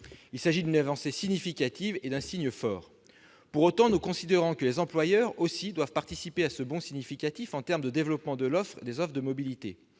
Il s'agit d'une avancée significative et d'un signe fort. Pour autant, nous considérons que les employeurs doivent aussi participer à ce bond significatif en termes de développement de l'offre de mobilité.